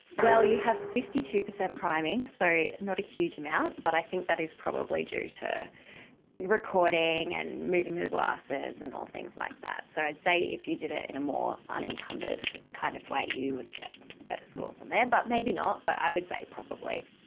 well, you have fifty two percent priming, so not a huge amount, but i think that is probably due to recording and moving the glasses and things like that. so i'd say if you did it in a more unencumbered kind of way you would get better scores on there, but maybe not, but i would say probably.